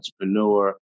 entrepreneur